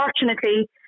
unfortunately